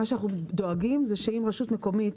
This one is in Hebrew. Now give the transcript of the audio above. מה שאנחנו דואגים הוא שאם רשות מקומית